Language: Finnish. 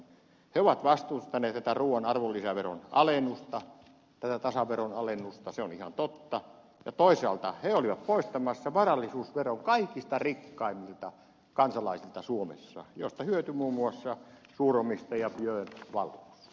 he ovat vastustaneet tätä ruuan arvonlisäveron alennusta tätä tasaveron se on ihan totta alennusta ja toisaalta he olivat poistamassa varallisuusveron kaikista rikkaimmilta kansalaisilta suomessa mistä hyötyi muun muassa suuromistaja björn wahlroos